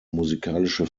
musikalische